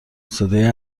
صدای